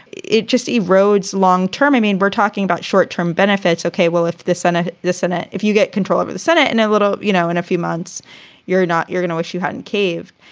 it just erodes long term. i mean, we're talking about short term benefits. ok, well, if the senate, the senate, if you get control of the senate and a little, you know, in a few months you're not you're going to wish you hadn't caved.